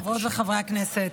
חברות וחברי הכנסת,